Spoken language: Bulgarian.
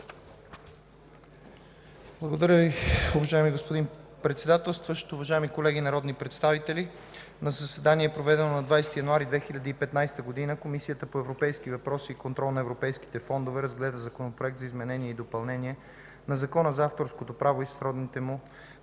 Благодаря Ви, уважаеми господин Председателстващ. Уважаеми колеги народни представители! „На заседание, проведено на 20 януари 2015 г., Комисията по европейските въпроси и контрол на европейските фондове разгледа Законопроект за изменение и допълнение на Закона за авторското право и сродните му